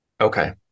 Okay